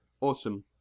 Awesome